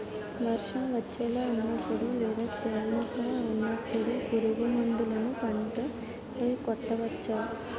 వర్షం వచ్చేలా వున్నపుడు లేదా తేమగా వున్నపుడు పురుగు మందులను పంట పై కొట్టవచ్చ?